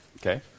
Okay